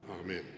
Amen